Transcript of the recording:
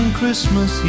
Christmas